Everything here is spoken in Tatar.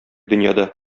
дөньяда